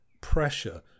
pressure